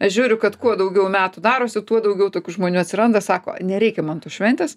aš žiūriu kad kuo daugiau metų darosi tuo daugiau tokių žmonių atsiranda sako nereikia man tos šventės